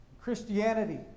Christianity